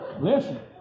listen